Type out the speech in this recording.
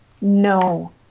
No